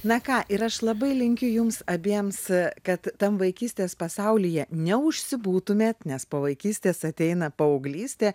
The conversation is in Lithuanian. na ką ir aš labai linkiu jums abiems kad tam vaikystės pasaulyje neužsibūtumėt nes po vaikystės ateina paauglystė